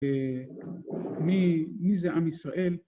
מי, מי זה עם ישראל?